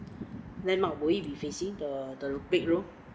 landmark would it be facing the the bedroom